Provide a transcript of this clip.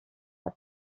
les